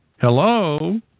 Hello